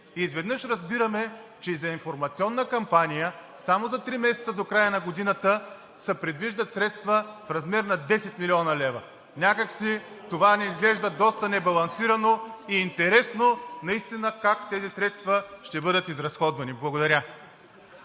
И изведнъж разбираме, че и за информационна кампания само за три месеца до края на годината се предвиждат средства в размер на 10 млн. лв. Някак си това ни изглежда доста небалансирано и интересно наистина как тези средства ще бъдат изразходвани. Благодаря.